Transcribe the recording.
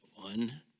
One